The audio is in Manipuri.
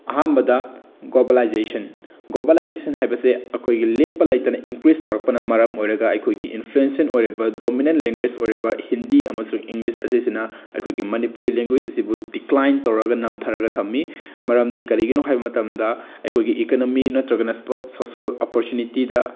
ꯑꯍꯥꯟꯕꯗ ꯒꯣꯕꯂꯥꯏꯖꯦꯁꯟ ꯒꯣꯕꯥꯂꯥꯏꯖꯦꯁꯅ ꯍꯥꯏꯕꯁꯦ ꯑꯩꯈꯣꯏꯒꯤ ꯂꯦꯞꯄ ꯂꯩꯇꯅ ꯏꯟꯀ꯭ꯔꯤꯁ ꯇꯧꯔꯛꯄꯅ ꯃꯔꯝ ꯑꯣꯏꯔꯒ ꯑꯩꯈꯣꯏꯒꯤ ꯏꯟꯐ꯭ꯂꯨꯌꯦꯟꯁꯤꯟ ꯑꯣꯏꯔꯤꯕ ꯗꯣꯃꯤꯅꯦꯟ ꯅꯦꯡꯒꯣꯏꯁ ꯑꯣꯏꯔꯤꯕ ꯍꯤꯟꯗꯤ ꯑꯃꯁꯨꯡ ꯏꯪꯂꯤꯁ ꯑꯁꯤꯁꯤꯅ ꯑꯩꯈꯣꯏꯒꯤ ꯃꯅꯤꯄꯨꯔꯤ ꯂꯦꯡꯒꯣꯏꯁ ꯑꯁꯤꯕꯨ ꯗꯤꯀ꯭ꯂꯥꯏꯟ ꯇꯧꯔꯒ ꯅꯝꯊꯔꯒ ꯊꯝꯃꯤ ꯃꯇꯝꯗꯤ ꯀꯔꯤꯒꯤꯅꯣ ꯍꯥꯏꯕ ꯃꯇꯝꯗ ꯑꯩꯈꯣꯏꯒꯤ ꯏꯀꯣꯅꯣꯃꯤ ꯅꯠꯇ꯭ꯔꯒꯅ ꯁꯣꯁꯦꯜ ꯑꯣꯄꯣꯔꯆꯨꯅꯤꯇꯤꯗ